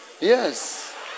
Yes